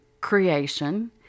Creation